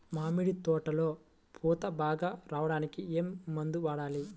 మామిడి తోటలో పూత బాగా రావడానికి ఏ మందు వాడాలి?